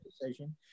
decision